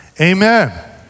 amen